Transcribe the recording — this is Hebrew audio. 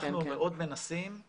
אנחנו מאוד מנסים,